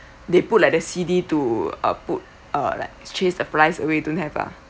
they put like the C_D to uh put uh like chase the flies away don't have ah